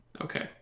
Okay